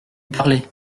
parler